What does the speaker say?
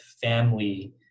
family